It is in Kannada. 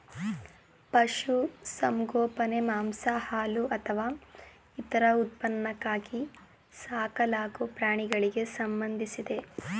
ಪಶುಸಂಗೋಪನೆ ಮಾಂಸ ಹಾಲು ಅಥವಾ ಇತರ ಉತ್ಪನ್ನಕ್ಕಾಗಿ ಸಾಕಲಾಗೊ ಪ್ರಾಣಿಗಳಿಗೆ ಸಂಬಂಧಿಸಿದೆ